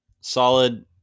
Solid